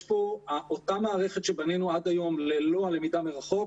אותה מערכת שבנינו עד היום ללא הלמידה מרחוק,